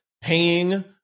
paying